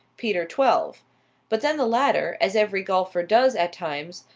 peter twelve but then the latter, as every golfer does at times,